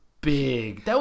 big